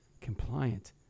compliant